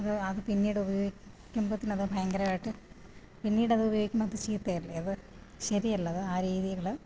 അത് അത് പിന്നീട് ഉപയോഗിക്കുമ്പത്തിനും അത് ഭയങ്കരം ആയിട്ട് പിന്നീട് അത് ഉപയോഗിക്കുമ്പോൾ അത് ചീത്ത അല്ലെ അത് ശരിയല്ല അത് ആ രീതിയിൽ